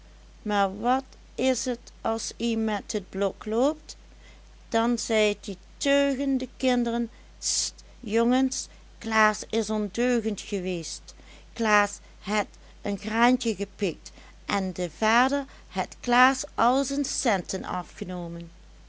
maar wat is t as ie met het blok loopt dan zeit ie teugen de kinderen st jongens klaas is ondeugend geweest klaas het en graantje gepikt en de vader het klaas al zen centen afgenomen